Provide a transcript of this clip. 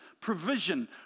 provision